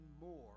more